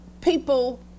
people